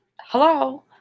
hello